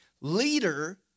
leader